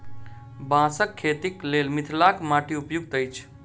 बाँसक खेतीक लेल मिथिलाक माटि उपयुक्त अछि